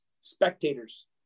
spectators